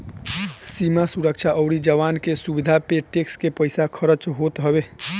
सीमा सुरक्षा अउरी जवान की सुविधा पे टेक्स के पईसा खरच होत हवे